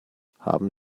haben